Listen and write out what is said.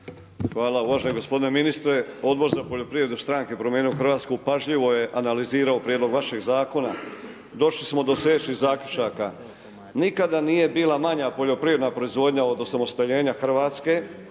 Hvala. Uvaženi gospodine ministre, Odbor za poljoprivredu i stranka Promijenimo Hrvatsku pažljivo je analizirao prijedlog vašeg zakona. Došli smo do sljedećih zaključaka. Nikada nije bila manja poljoprivredna proizvodnja od osamostaljenja Hrvatske,